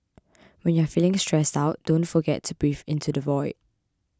when you are feeling stressed out don't forget to breathe into the void